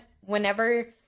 whenever